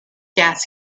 gas